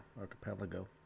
archipelago